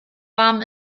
warm